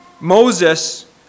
Moses